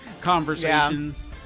conversations